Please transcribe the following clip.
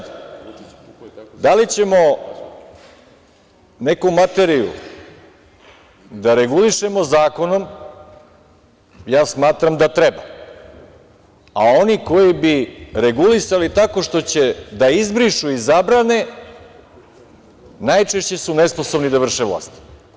Da li ćemo neku materiju da regulišemo zakonom, ja smatram da treba, a oni koji bi regulisali tako što će da izbrišu i zabrane, najčešće su nesposobni da vrše vlast.